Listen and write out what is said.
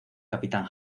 capitán